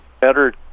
better